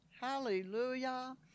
Hallelujah